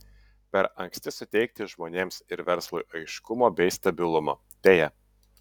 per anksti suteikti žmonėms ir verslui aiškumo bei stabilumo deja